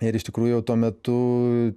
ir iš tikrųjų jau tuo metu